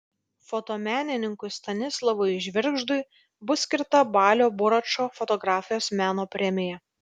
fotomenininkui stanislovui žvirgždui bus skirta balio buračo fotografijos meno premija